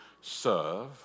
serve